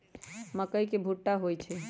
मकई के भुट्टा होई छई